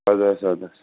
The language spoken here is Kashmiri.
اَدٕ حظ اَدٕ حظ